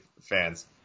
fans